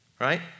right